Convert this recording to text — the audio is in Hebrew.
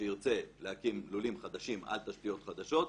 שירצה להקים לולים חדשים על תשתיות חדשות,